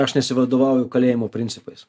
aš nesivadovauju kalėjimo principais